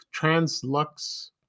Translux